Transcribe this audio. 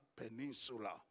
Peninsula